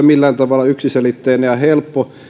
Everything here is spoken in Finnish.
millään tavalla yksiselitteinen ja helppo